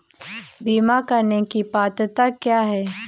बीमा करने की पात्रता क्या है?